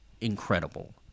incredible